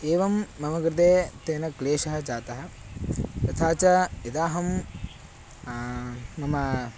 एवं मम कृते तेन क्लेशः जातः तथा च यदाहं मम